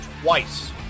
twice